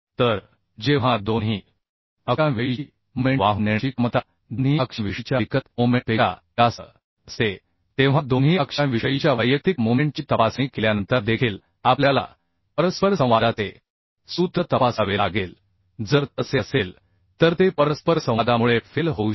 तर जेव्हा दोन्ही अक्षांविषयीची मोमेंट वाहून नेण्याची क्षमता दोन्ही अक्षांविषयीच्या विकसित मोमेंटपेक्षा जास्त असते तेव्हा दोन्ही अक्षांविषयीच्या वैयक्तिक मोमेंटची तपासणी केल्यानंतर देखील आपल्याला परस्परसंवादाचे सूत्र तपासावे लागेल जर तसे असेल तर ते परस्परसंवादामुळे फेल होऊ शकते